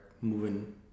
moving